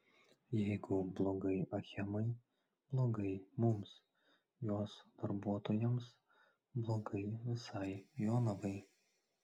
jeigu blogai achemai blogai mums jos darbuotojams blogai visai jonavai